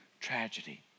tragedy